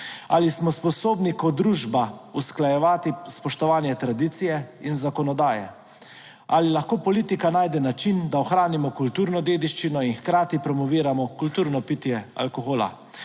Ali smo sposobni kot družba usklajevati spoštovanje tradicije in zakonodaje? Ali lahko politika najde način, da ohranimo kulturno dediščino in hkrati promoviramo kulturno pitje alkohola?